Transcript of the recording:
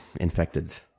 infected